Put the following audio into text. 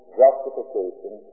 justification